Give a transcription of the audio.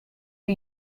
who